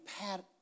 pat